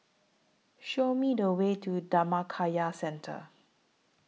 Show Me The Way to Dhammakaya Centre